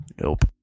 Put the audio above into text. nope